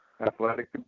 athletic